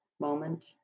moment